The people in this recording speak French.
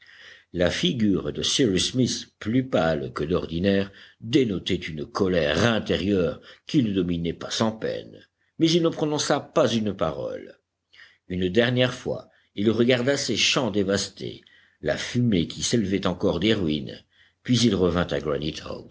la figure de cyrus smith plus pâle que d'ordinaire dénotait une colère intérieure qu'il ne dominait pas sans peine mais il ne prononça pas une parole une dernière fois il regarda ses champs dévastés la fumée qui s'élevait encore des ruines puis il revint à